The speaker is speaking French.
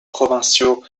provinciaux